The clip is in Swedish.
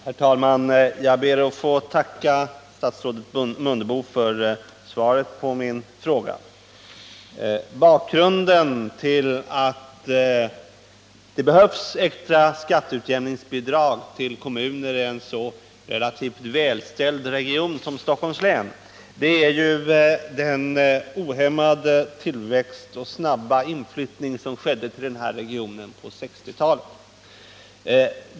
Herr talman! Jag ber att få tacka statsrådet Mundebo för svaret på min fråga. Orsaken till att det behövs extra skatteutjämningsbidrag till kommuner inom en så relativt välställd region som Stockholms län är ju den ohämmade tillväxt och snabba inflyttning som skedde på 1960-talet.